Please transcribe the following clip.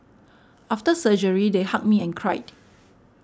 after surgery they hugged me and cried